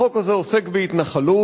החוק הזה עוסק בהתנחלות.